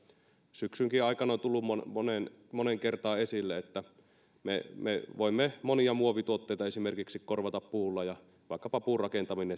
syksynkin aikana on tullut moneen kertaan esille me me voimme esimerkiksi monia muovituotteita korvata puulla ja vaikkapa puurakentaminen